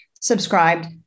subscribed